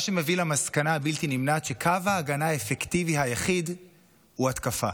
מה שמביא למסקנה הבלתי-נמנעת שקו ההגנה האפקטיבי היחיד הוא התקפה.